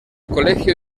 colegio